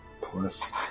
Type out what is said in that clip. Plus